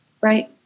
Right